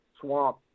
swamp